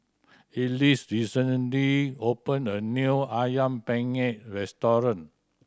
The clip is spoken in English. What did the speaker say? Ellis recently opened a new Ayam Penyet restaurant